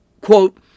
quote